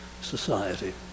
society